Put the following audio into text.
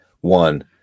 One